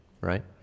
Right